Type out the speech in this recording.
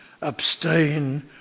Abstain